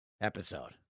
episode